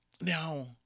Now